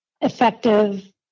effective